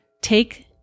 take